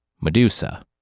Medusa